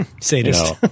sadist